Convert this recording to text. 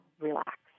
relax